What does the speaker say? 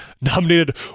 nominated